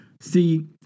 See